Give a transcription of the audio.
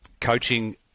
coaching